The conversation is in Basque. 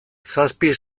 zazpi